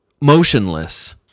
motionless